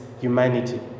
humanity